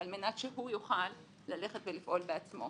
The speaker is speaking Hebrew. על מנת שהוא יוכל ללכת ולפעול בעצמו.